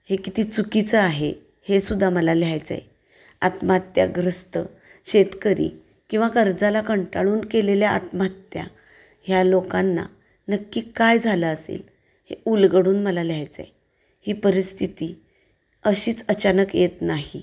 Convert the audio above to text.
हे किती चुकीचं आहे हेसुद्धा मला लिहायचं आहे आत्महत्याग्रस्त शेतकरी किंवा कर्जाला कंटाळून केलेल्या आत्महत्या ह्या लोकांना नक्की काय झालं असेल हे उलगडून मला लिहायचं आहे ही परिस्थिती अशीच अचानक येत नाही